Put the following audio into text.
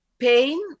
pain